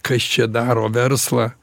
kas čia daro verslą